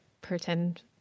pretend